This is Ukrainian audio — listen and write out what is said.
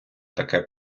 таке